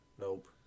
Nope